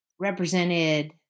represented